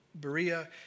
Berea